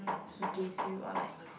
he gave you or like